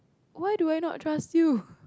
why do I not trust you